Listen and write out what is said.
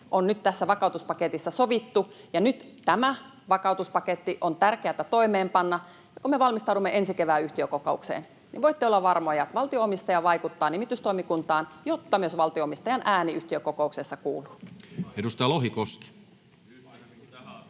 on nyt tässä vakautuspaketissa sovittu, ja nyt tämä vakautuspaketti on tärkeätä toimeenpanna. Kun me valmistaudumme ensi kevään yhtiökokoukseen, niin voitte olla varmoja, että valtio-omistaja vaikuttaa nimitystoimikuntaan, jotta myös valtio-omistajan ääni yhtiökokouksessa kuuluu. [Timo Heinonen: